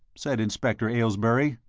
said inspector aylesbury.